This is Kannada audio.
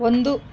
ಒಂದು